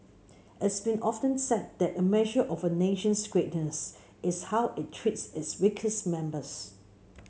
it's been often said that a measure of a nation's greatness is how it treats its weakest members